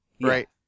Right